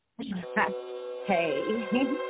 Hey